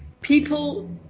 People